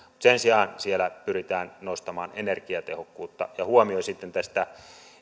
sen sijaan siellä pyritään nostamaan energiatehokkuutta ja huomio sitten tästä